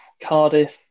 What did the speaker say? Cardiff